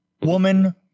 woman